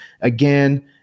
again